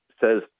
says